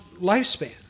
lifespan